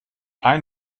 ein